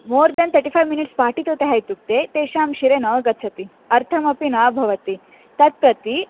more than thirty five minutes पाठितवत्यः इत्युक्ते तेषां शिरसि न गच्छति अर्थमपि न भवति तत् प्रति